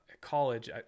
college